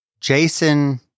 Jason